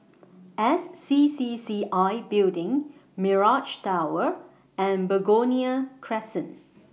S C C C I Building Mirage Tower and Begonia Crescent